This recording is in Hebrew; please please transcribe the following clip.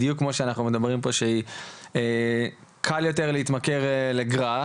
בדיוק כמו שאנחנו מדברים פה שקל יותר להתמכר לגראס,